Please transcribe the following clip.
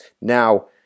Now